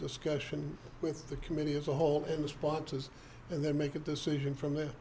discussion with the committee as a whole in the sponsors and then make a decision from there